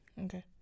Okay